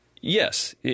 Yes